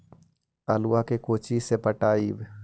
आलुआ के कोचि से पटाइए?